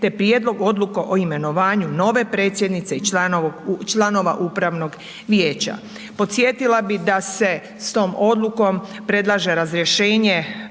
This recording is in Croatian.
te prijedlog odluke o imenovanju nove predsjednice i članova upravnog vijeća. Podsjetila bi da se s tom odlukom predlaže razrješenje